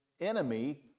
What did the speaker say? enemy